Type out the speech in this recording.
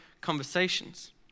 conversations